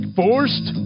forced